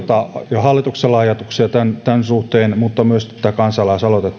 jo ajatuksia tämän suhteen mutta toki oli myös tämä kansalaisaloite